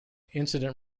incident